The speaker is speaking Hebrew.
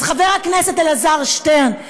אז חבר הכנסת אלעזר שטרן,